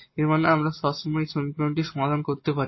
এর মানে হল আমরা সবসময় এই সমীকরণটি সমাধান করতে পারি